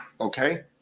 Okay